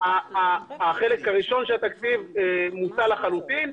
החלק הראשון של התקציב מוצה לחלוטין.